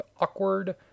Awkward